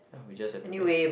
ya we just have to manage it